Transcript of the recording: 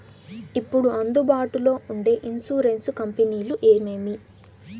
ఇప్పుడు అందుబాటులో ఉండే ఇన్సూరెన్సు కంపెనీలు ఏమేమి?